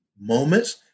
moments